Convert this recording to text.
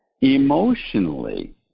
Emotionally